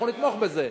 אנחנו נתמוך בזה.